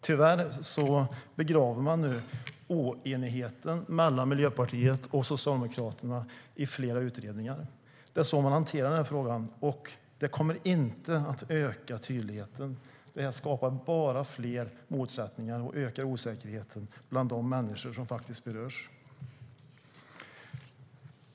Tyvärr begraver man nu oenigheten mellan Miljöpartiet och Socialdemokraterna i flera utredningar. Det är så man hanterar frågan, och det kommer inte att öka tydligheten. Det skapar bara fler motsättningar och ökar osäkerheten bland de människor som faktiskt berörs.